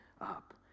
up